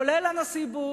לרבות הנשיא בוש,